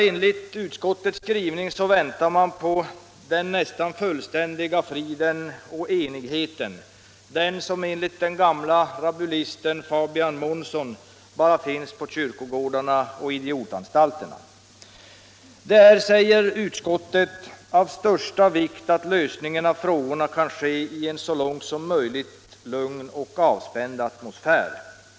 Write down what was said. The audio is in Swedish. Enligt utskottets skrivning väntar man på den nästan fullständiga friden och enigheten, den som enligt den gamle rabulisten Fabian Månsson bara finns på kyrkogårdarna och idiotanstalterna. Det är, säger utskottet, ”av största vikt att lösningen av frågorna kan ske i en så långt möjligt lugn och avspänd atmosfär.